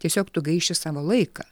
tiesiog tu gaiši savo laiką